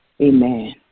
Amen